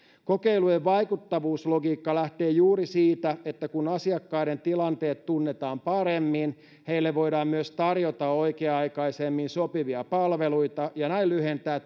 kokeilujen vaikuttavuuslogiikka lähtee juuri siitä että kun asiakkaiden tilanteet tunnetaan paremmin heille voidaan myös tarjota oikea aikaisemmin sopivia palveluita ja näin lyhentää